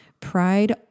pride